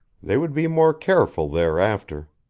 they would be more careful thereafter.